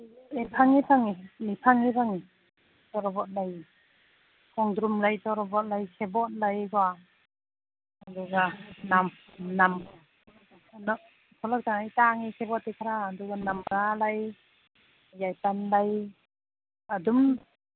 ꯑꯦ ꯐꯪꯏ ꯐꯪꯏ ꯑꯦ ꯐꯪꯏ ꯐꯪꯏ ꯇꯣꯔꯕꯣꯠ ꯂꯩ ꯈꯣꯡꯗ꯭ꯔꯨꯝ ꯂꯩ ꯇꯣꯔꯕꯣꯠ ꯂꯩ ꯁꯦꯕꯣꯠ ꯂꯩꯀꯣ ꯑꯗꯨꯒ ꯊꯣꯛꯂꯛꯇꯕꯩ ꯇꯥꯡꯏ ꯁꯦꯕꯣꯠꯇꯤ ꯈꯔ ꯑꯗꯨꯒ ꯅꯝꯕ꯭ꯔꯥ ꯂꯩ ꯌꯥꯏꯄꯟ ꯂꯩ ꯑꯗꯨꯝ